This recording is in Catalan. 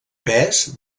pes